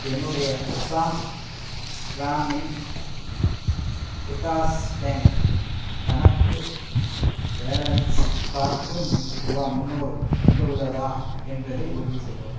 என்னுடைய அசாம் கிராமின் விகாஷ் பேங்க் கணக்கு பேலன்ஸ் பார்த்து ரூபா முந்நூறு வந்துள்ளதா என்பதை உறுதிசெய்யவும்